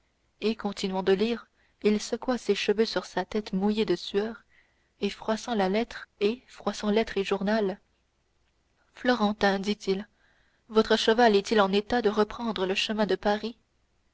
et continuant de lire il secoua ses cheveux sur sa tête mouillée de sueur et froissant lettre et journal florentin dit-il votre cheval est-il en état de reprendre le chemin de paris